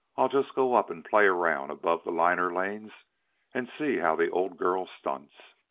i'll just go up and play around above the liner lanes and see how the old girl stunts.